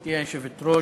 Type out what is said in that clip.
גברתי היושבת-ראש,